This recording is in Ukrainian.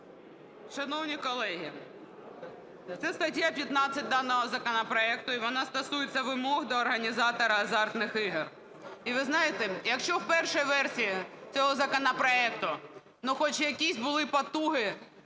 Шановні колеги, це стаття 15 даного законопроекту, і вона стосується вимог до організатора азартних ігор. І ви знаєте, якщо перша версія цього законопроекту, ну, хоч якісь були потуги